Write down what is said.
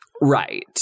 Right